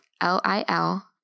L-I-L